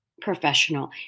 professional